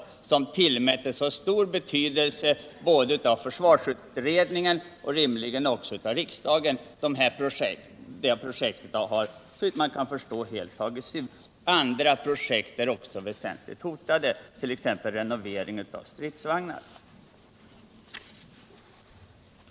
Den senare tillmättes stor betydelse av försvarsutredningen och rimligen också av riksdagen — det projektet har såvitt man kan förstå helt tagits bort. Andra projekt är också väsentligt hotade, t.ex. renoveringen av stridsvagnar.